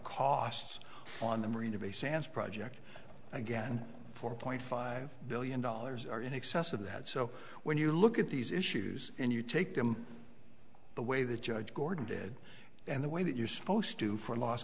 costs on the marina bay sands project again four point five billion dollars are in excess of that so when you look at these issues and you take them the way that judge gordon did and the way that you're supposed to for last